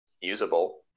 usable